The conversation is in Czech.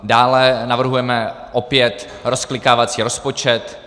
Dále navrhujeme opět rozklikávací rozpočet.